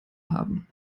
haben